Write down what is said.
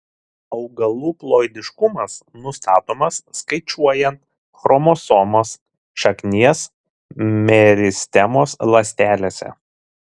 augalų ploidiškumas nustatomas skaičiuojant chromosomas šaknies meristemos ląstelėse